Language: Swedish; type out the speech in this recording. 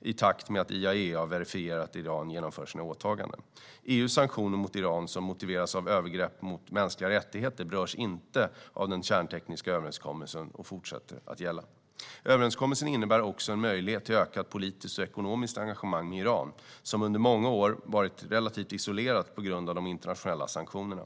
i takt med att IAEA verifierar att Iran genomför sina åtaganden. EU:s sanktioner mot Iran som motiveras av övergrepp mot mänskliga rättigheter berörs inte av den kärntekniska överenskommelsen och fortsätter att gälla. Överenskommelsen innebär också en möjlighet till ökat politiskt och ekonomiskt engagemang med Iran, som under många år har varit relativt isolerat på grund av de internationella sanktionerna.